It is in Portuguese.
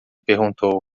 perguntou